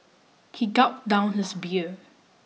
he gulped down his beer